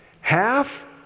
half